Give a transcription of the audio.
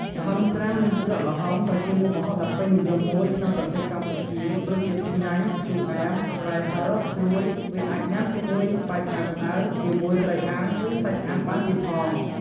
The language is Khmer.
ល្ហុងត្រាំនិងជ្រក់ល្ហុង ក៏ជាមុខម្ហូបដ៏ពេញនិយមមួយនៅក្នុងប្រទេសកម្ពុជារសជាតិឆ្ងាញ់ ជូរអែម ប្រៃ ហិរ ស្រួយវាអាចញ៉ាំជាមួយបាយក្តៅៗ ជាមួយត្រីអាំង ឬសាច់អាំង បានទៀតផង។